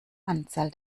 anzahl